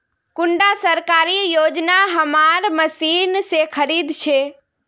कुंडा सरकारी योजना हमार मशीन से खरीद छै?